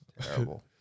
Terrible